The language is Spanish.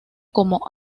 como